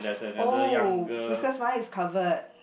oh because mine is covered